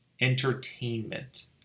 entertainment